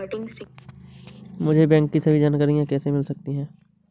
मुझे बैंकों की सभी जानकारियाँ कैसे मिल सकती हैं?